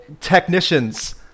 technicians